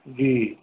जी